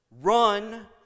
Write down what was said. run